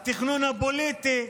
התכנון הפוליטי,